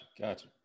Gotcha